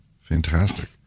Fantastic